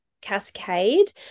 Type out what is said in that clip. cascade